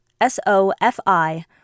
S-O-F-I